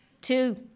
Two